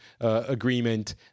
agreement